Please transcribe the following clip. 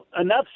enough